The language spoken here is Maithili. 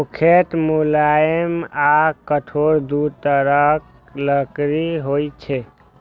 मुख्यतः मुलायम आ कठोर दू तरहक लकड़ी होइ छै